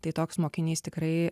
tai toks mokinys tikrai